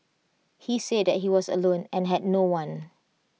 he said that he was alone and had no one